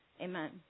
Amen